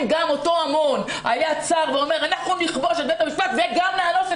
אם גם אותו המון היה צר ואומר שאנחנו נכבוש את בית המשפט וגם נאנוס